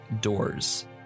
doors